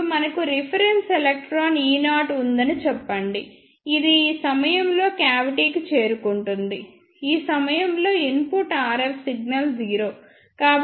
ఇప్పుడు మనకు reference electron e0 ఉందని చెప్పండి ఇది ఈ సమయంలో క్యావిటికి చేరుకుంటుంది ఈ సమయంలో ఇన్పుట్ RF సిగ్నల్ 0